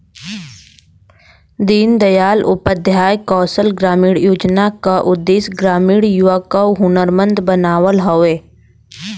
दीन दयाल उपाध्याय कौशल ग्रामीण योजना क उद्देश्य ग्रामीण युवा क हुनरमंद बनावल हउवे